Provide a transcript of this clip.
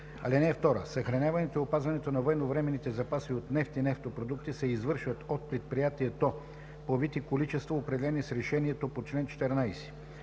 агенцията. (2) Съхраняването и опазването на военновременните запаси от нефт и нефтопродукти се извършват от предприятието по вид и количества, определени с решението по чл. 14.